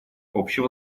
общего